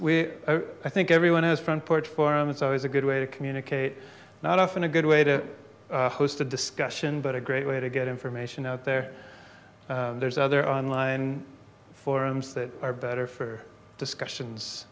forums i think everyone has front porch forum it's always a good way to communicate not often a good way to host a discussion but a great way to get information out there there's other online forums that are better for discussions